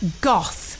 goth